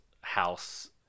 house